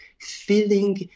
feeling